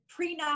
prenup